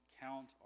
count